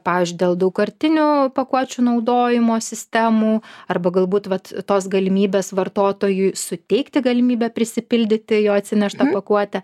pavyzdžiui dėl daugkartinių pakuočių naudojimo sistemų arba galbūt vat tos galimybės vartotojui suteikti galimybę prisipildyti jo atsineštą pakuotę